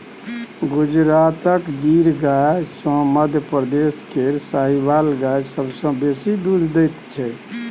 गुजरातक गिर गाय आ मध्यप्रदेश केर साहिबाल गाय सबसँ बेसी दुध दैत छै